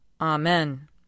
Amen